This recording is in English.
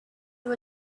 you